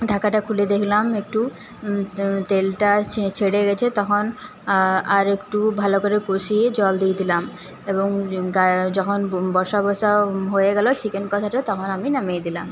ঢাকাটা খুলে দেখলাম একটু তেলটা ছেড়ে গেছে তখন আরেকটু ভালো করে কষিয়ে জল দিয়ে দিলাম এবং গা যখন বসা বসা হয়ে গেল চিকেন কষাটা তখন আমি নামিয়ে দিলাম